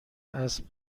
اسب